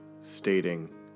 stating